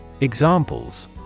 Examples